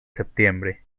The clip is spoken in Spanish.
septiembre